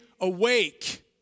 awake